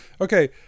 Okay